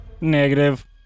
Negative